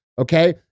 okay